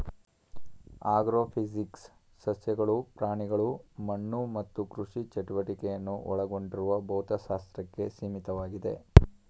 agrophysics ಸಸ್ಯಗಳು ಪ್ರಾಣಿಗಳು ಮಣ್ಣು ಮತ್ತು ಕೃಷಿ ಚಟುವಟಿಕೆಯನ್ನು ಒಳಗೊಂಡಿರುವ ಭೌತಶಾಸ್ತ್ರಕ್ಕೆ ಸೀಮಿತವಾಗಿದೆ